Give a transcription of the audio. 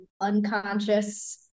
unconscious